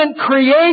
create